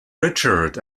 richard